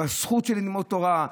בזכות של ללמוד תורה,